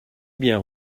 bien